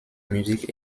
musique